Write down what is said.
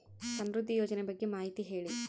ಸಮೃದ್ಧಿ ಯೋಜನೆ ಬಗ್ಗೆ ಮಾಹಿತಿ ಹೇಳಿ?